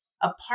apart